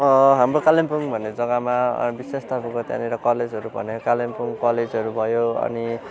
हाम्रो कालिम्पोङ भन्ने जग्गामा विशेष तपाईँको त्यहाँनिर कलेजहरू भनेको कालिम्पोङ कलेजहरू भयो अनि